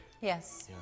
Yes